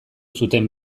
zuten